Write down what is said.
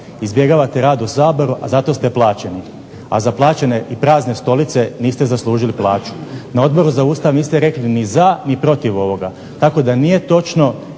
izbjegavate rad u Saboru, a za to ste plaćeni, a za plaćene i prazne stolice niste zaslužili plaću. Na Odboru za Ustav niste rekli ni za, ni protiv ovoga, tako da nije točno,